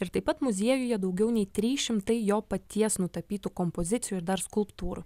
ir taip pat muziejuje daugiau nei trys šimtai jo paties nutapytų kompozicijų ir dar skulptūrų